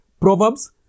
Proverbs